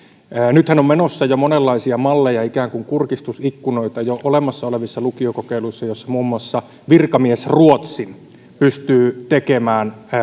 nythän on menossa jo monenlaisia malleja ikään kuin kurkistusikkunoita jo olemassa olevissa lukiokokeiluissa joissa muun muassa virkamiesruotsin pystyy tekemään